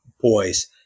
boys